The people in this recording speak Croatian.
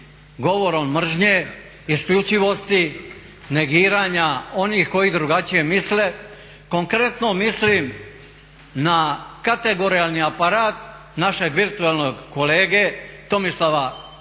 govorom mržnje, isključivosti, negiranja onih koji drugačije misle. Konkretno mislim na kategorijalni aparat našeg virtualnog kolege Tomislava Karamarka